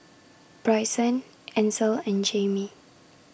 Brycen Ansel and Jamey